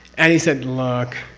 and he said, look,